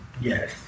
yes